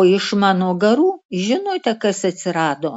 o iš mano garų žinote kas atsirado